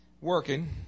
working